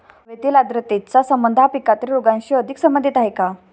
हवेतील आर्द्रतेचा संबंध हा पिकातील रोगांशी अधिक संबंधित आहे का?